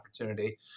opportunity